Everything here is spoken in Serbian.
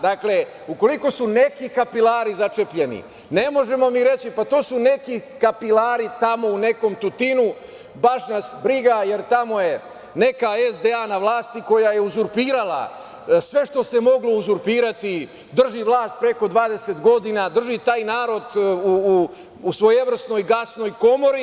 Dakle, ukoliko su neki kapilari začepljeni ne možemo mi reći – pa, to su neki kapilari tamo u nekom Tutinu, baš nas briga, jer tamo je neka SDA na vlasti koja je uzurpirala sve što se moglo uzurpirati, drži vlast preko 20 godina, drži taj narod u svojevrsnoj gasnoj komori.